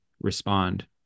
respond